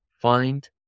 find